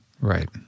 Right